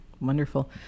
Wonderful